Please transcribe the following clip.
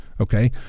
Okay